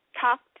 talked